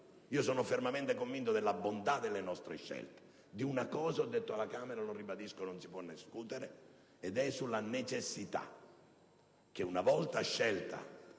Sono fermamente convinto della bontà delle nostre scelte, ma di una cosa - l'ho detto alla Camera e lo ribadisco - non si può discutere: la necessità che, una volta scelta